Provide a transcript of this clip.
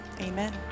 Amen